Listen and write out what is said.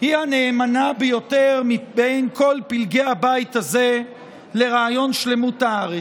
היא הנאמנה ביותר מבין כל פלגי הבית הזה לרעיון שלמות הארץ.